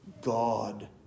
God